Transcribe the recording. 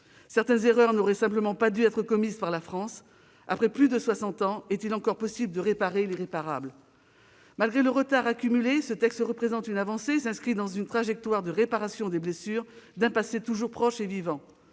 Certaines erreurs n'auraient tout simplement pas dû être commises par la France. Après plus de soixante ans, est-il encore possible de réparer l'irréparable ? Malgré le retard accumulé, ce texte représente une avancée et s'inscrit dans une trajectoire de réparation des blessures d'un passé toujours proche et vivant.